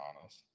honest